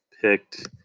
picked